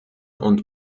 und